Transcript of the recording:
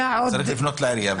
הוא צריך לפנות לעירייה.